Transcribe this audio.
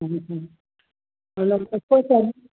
हा हा